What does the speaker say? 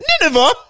Nineveh